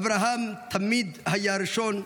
אברהם תמיד היה ראשון,